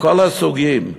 מכל הסוגים.